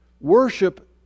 worship